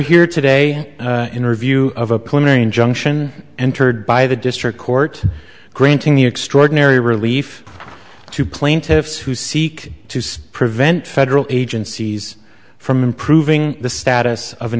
here today interview of a plane junction entered by the district court granting the extraordinary relief to plaintiffs who seek to prevent federal agencies from improving the status of an